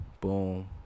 boom